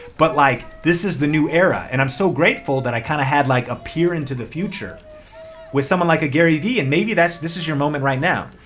but like this is the new era and i'm so grateful that i kinda had like a peer into the future with someone like a gary v and maybe this is your moment right now.